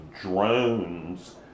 drones